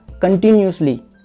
continuously